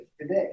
today